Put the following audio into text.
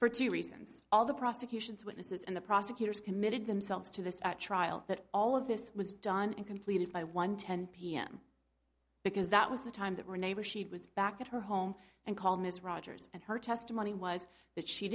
for two reasons all the prosecution's witnesses and the prosecutors committed themselves to this trial that all of this was done and completed by one ten pm because that was the time that we're neighbors she was back at her home and called ms rogers and her testimony was that she